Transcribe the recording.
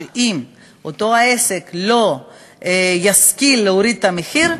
אם אותו עסק לא ישכיל להוריד את המחיר,